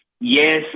Yes